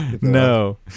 No